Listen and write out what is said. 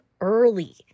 early